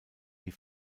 die